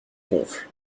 gonfle